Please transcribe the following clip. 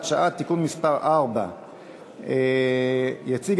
הסביבה נתקבלה.